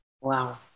Wow